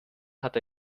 hat